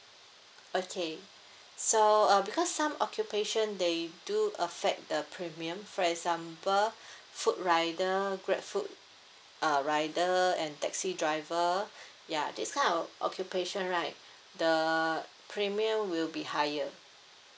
okay so uh because some occupation they do affect the premium for example food rider grabfood uh rider and taxi driver ya this kind of uh occupation right the premium will be higher